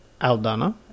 Aldana